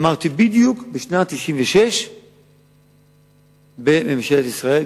אמרתי בדיוק בשנת 1996 בממשלת ישראל,